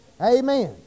Amen